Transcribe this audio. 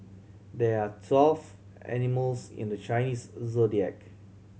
there are twelve animals in the Chinese Zodiac